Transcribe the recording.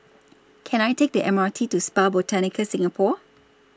Can I Take The M R T to Spa Botanica Singapore